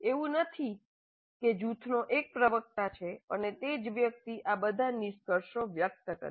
એવું નથી કે જૂથનો એક પ્રવક્તા છે અને તે જ વ્યક્તિ આ બધા નિષ્કર્ષો વ્યક્ત કરે છે